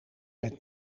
met